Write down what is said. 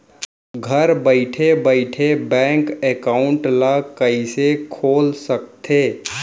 घर बइठे बइठे बैंक एकाउंट ल कइसे खोल सकथे?